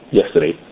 yesterday